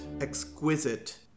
exquisite